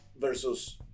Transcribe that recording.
versus